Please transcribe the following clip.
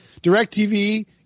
DirecTV